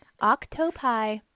Octopi